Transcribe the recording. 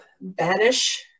banish